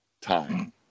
time